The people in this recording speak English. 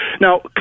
Now